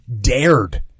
dared